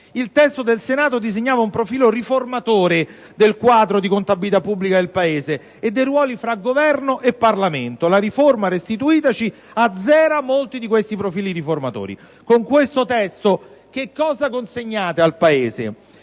Il testo del Senato disegnava un profilo riformatore del quadro di contabilità pubblica del Paese e dei ruoli fra Governo e Parlamento. La riforma restituitaci azzera molti di questi profili riformatori. Con questo testo, che cosa consegnate al Paese?